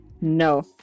No